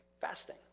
fasting